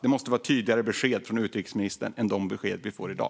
Det måste komma tydligare besked från utrikesministern än de besked vi får i dag.